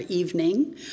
evening